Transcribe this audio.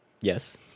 Yes